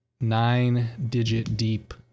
nine-digit-deep